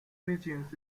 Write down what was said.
regions